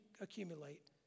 accumulate